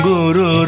Guru